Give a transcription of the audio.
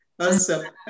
Awesome